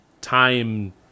time